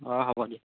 অ হ'ব দিয়া